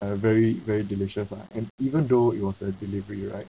uh very very delicious ah and even though it was a delivery right